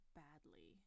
badly